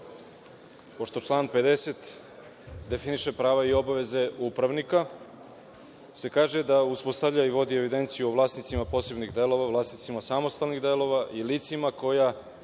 pošto član 50. definiše prava i obaveze upravnika, se kaže da uspostavlja i vodi evidenciju o vlasnicima posebnih delova, vlasnicima samostalnih delova i licima kojima